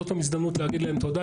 זאת גם הזדמנות להגיד להם תודה.